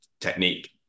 technique